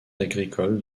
agricoles